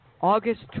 August